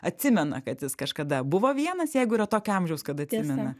atsimena kad jis kažkada buvo vienas jeigu yra tokio amžiaus kad atsimena